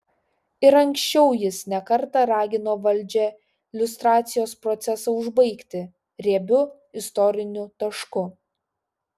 ir anksčiau jis ne kartą ragino valdžią liustracijos procesą užbaigti riebiu istoriniu tašku